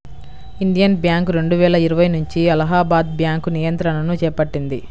Indian bank రెండువేల ఇరవై నుంచి అలహాబాద్ బ్యాంకు నియంత్రణను చేపట్టింది